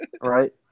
Right